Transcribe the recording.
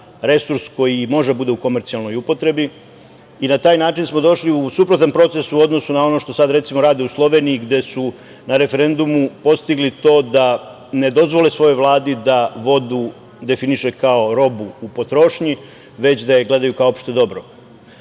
resurs koji može da bude u komercijalnoj upotrebi i na taj način smo došli u suprotan proces u odnosu na ono što sada, redimo, rade u Sloveniji, gde su na referendumu postigli to da ne dozvole svojoj Vladi da vodu definiše kao robu u potrošnji, već da je gledaju opšte dobro. Znači,